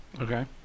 Okay